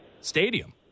stadium